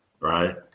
right